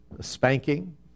Spanking